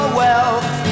wealth